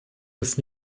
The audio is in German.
des